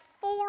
four